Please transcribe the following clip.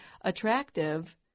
attractive –